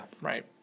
Right